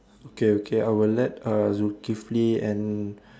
okay okay I will let uh Zukifli and